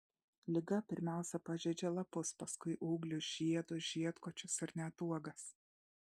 liga pirmiausia pažeidžia lapus paskui ūglius žiedus žiedkočius ir net uogas